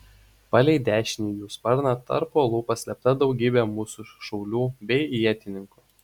palei dešinį jų sparną tarp uolų paslėpta daugybė mūsų šaulių bei ietininkų